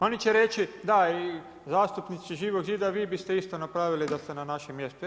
Oni će reći da i zastupnici Živog zida, vi biste isto napravili, da ste na našem mjestu.